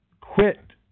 Quit